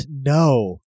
No